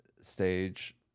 stage